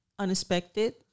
unexpected